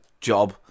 job